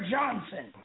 Johnson